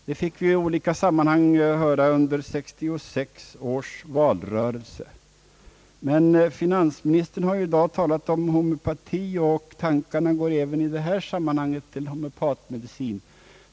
Det fick vi i olika sammanhang höra under 1966 års valrörelse. Finansministern har i dag talat om homeopati, och tankarna går även i detta sammanhang till homeopatmedicin.